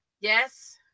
Yes